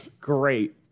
Great